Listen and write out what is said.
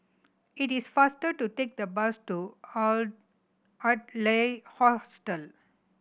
it is faster to take the bus to Adler Hostel